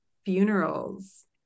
funerals